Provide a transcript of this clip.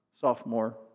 sophomore